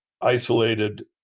isolated